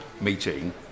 meeting